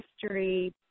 history